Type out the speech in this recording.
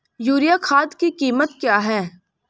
Urea खाद की कीमत क्या है?